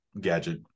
gadget